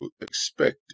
expected